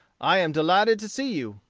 i am delighted to see you.